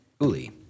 Uli